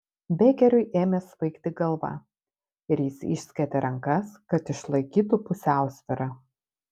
bekeriui ėmė svaigti galva ir jis išskėtė rankas kad išlaikytų pusiausvyrą